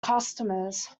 customers